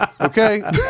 okay